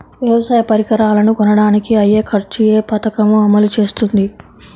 వ్యవసాయ పరికరాలను కొనడానికి అయ్యే ఖర్చు ఏ పదకము అమలు చేస్తుంది?